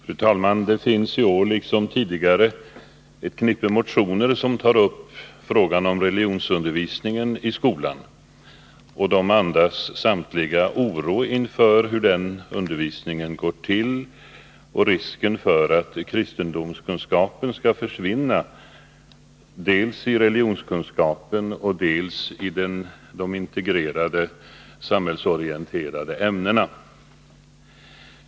Fru talman! Det finns i år liksom tidigare ett knippe motioner som tar upp frågan om religionsundervisningen i skolan. De andas samtliga oro inför hur den undervisningen går till och inför risken att kristendomskunskapen skall försvinna dels i religionskunskapen, dels i de integrerade samhällsorienterande ämnena.